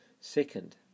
Second